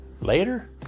Later